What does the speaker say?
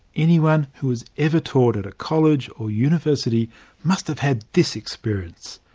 anyone who has ever taught at a college or university must have had this experience.